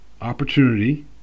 opportunity